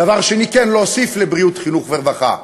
דבר שני, כן, להוסיף לבריאות, חינוך ורווחה.